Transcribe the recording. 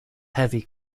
heavy